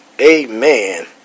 Amen